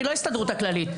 אני לא ההסתדרות הכללית.